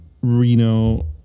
Reno